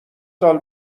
سال